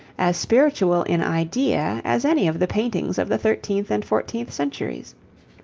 as spiritual in idea as any of the paintings of the thirteenth and fourteenth centuries.